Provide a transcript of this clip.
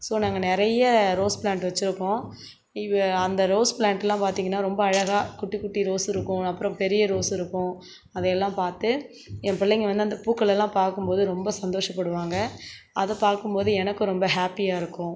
so நாங்கள் நிறைய rose plant வெச்சிருக்கோம் இவ அந்த ரோஸ் ப்ளாண்ட்லாம் பார்த்திங்கனா ரொம்ப அழகாக குட்டி குட்டி ரோஸ் இருக்கும் அப்றம் பெரிய ரோஸ் இருக்கும் அதை எல்லாம் பார்த்து என் பிள்ளைங்க வந்து அந்த பூக்களைல்லாம் பார்க்கும்போது ரொம்ப சந்தோஷப்படுவாங்க அதை பார்க்கும்போது எனக்கு ரொம்ப ஹாப்பியாயிருக்கும்